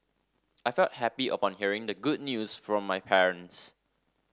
I felt happy upon hearing the good news from my parents